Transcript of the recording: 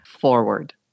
forward